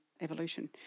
evolution